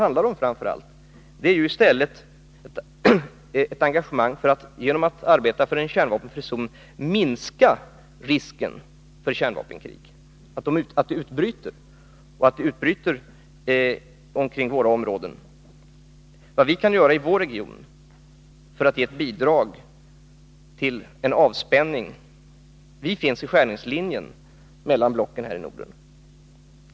Vad det framför allt handlar om är i stället ett engagemang, genom att arbeta för en kärnvapenfri zon, för att minska risken för att ett kärnvapenkrig utbryter och för att det utbryter omkring våra territorier. Det är vad vi kan göra i vår region för att ge ett bidrag till avspänning. Vi i Norden finns i skärningslinjen mellan blocken.